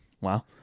Wow